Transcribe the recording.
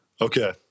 okay